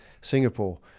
singapore